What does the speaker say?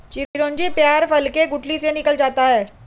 चिरौंजी पयार फल के गुठली से निकाला जाता है